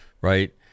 right